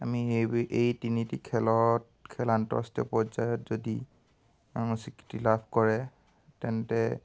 আমি এই বি এই তিনিটি খেলত খেল আন্তঃৰাষ্ট্ৰীয় পৰ্যায়ত যদি স্বীকৃতি লাভ কৰে তেন্তে